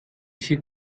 sieht